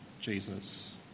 Jesus